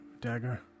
dagger